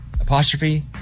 apostrophe